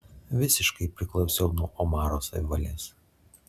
visiškai priklausiau nuo omaro savivalės